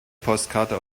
postkarte